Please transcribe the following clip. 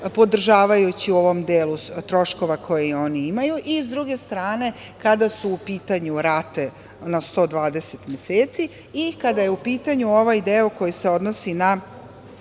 podržavajući u ovom delu troškove koje oni imaju, sa druge strane, kada su u pitanju rate na 120 meseci i kada je u pitanju ovaj deo koji se odnosi na